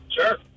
Sure